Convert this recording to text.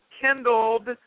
kindled